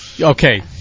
Okay